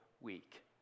week